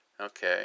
Okay